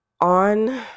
on